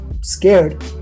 scared